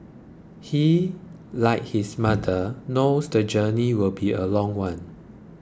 he like his mother knows the journey will be a long one